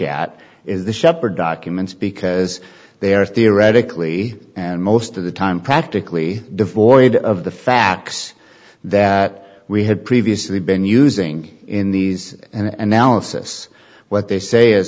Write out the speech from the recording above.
is the shepherd documents because they are theoretically and most of the time practically devoid of the facts that we had previously been using in these analysis what they say i